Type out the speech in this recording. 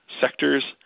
sectors